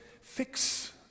fix